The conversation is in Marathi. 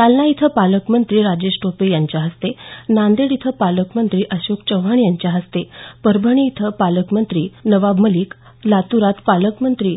जालना इथं पालकमंत्री राजेश टोपे यांच्या हस्ते नांदेड इथं पालकमंत्री अशोक चव्हाण यांच्या हस्ते परभणी इथं पालकमंत्री नवाब मलिक लातुरात पालकमंत्री